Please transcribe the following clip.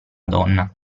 donna